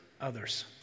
others